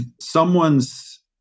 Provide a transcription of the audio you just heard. someone's